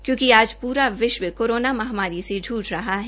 चूंकि आज प्ररा विश्व कोरोना महामारी से जूझ रहा है